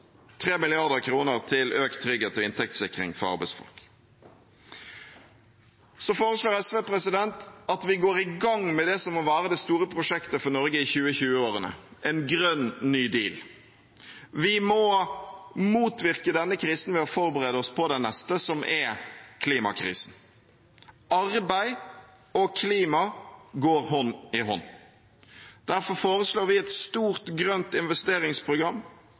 til økt trygghet og inntektssikring for arbeidsfolk. Så foreslår SV at vi går i gang med det som må være det store prosjektet for Norge i 2020-årene: en gønn ny deal. Vi må motvirke denne krisen ved å forberede oss på den neste, som er klimakrisen. Arbeid og klima går hånd i hånd. Derfor foreslår vi et stort grønt investeringsprogram